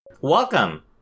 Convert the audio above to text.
Welcome